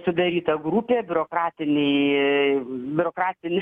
sudaryta grupė biurokratinei biurokratinis